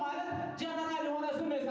my goodness